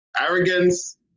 arrogance